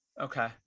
okay